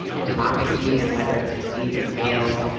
in democracy and whether it succeeds or fails,